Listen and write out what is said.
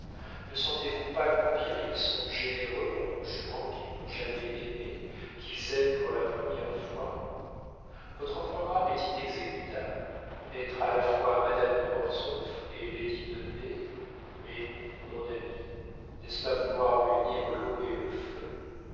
ne sentez-vous pas combien ils sont généreux en nous jurant qu'ils n'ont jamais aimé qu'ils aiment pour la première fois votre programme est inexécutable être à la fois madame de mortsauf et lady dudley mais mon ami n'est-ce pas vouloir réunir l'eau et le feu